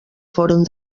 foren